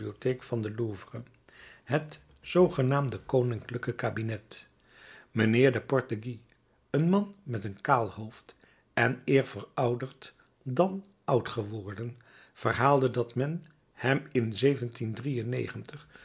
bibliotheek van de louvre het zoogenaamde koninklijke cabinet mijnheer de port de guy een man met een kaal hoofd en eer verouderd dan oud geworden verhaalde dat men hem in